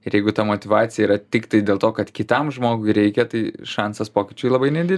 ir jeigu ta motyvacija yra tiktai dėl to kad kitam žmogui reikia tai šansas pokyčių labai nedi